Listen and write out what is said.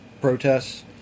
protests